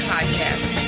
podcast